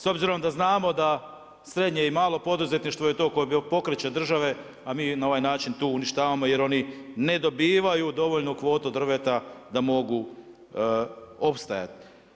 S obzirom da znamo da srednje i malo poduzetništvo je to koje pokreće države, a mi na ovaj način to uništavamo jer oni ne dobivaju dovoljnu kvotu drveta da mogu opstajat.